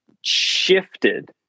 shifted